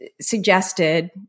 suggested